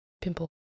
pimple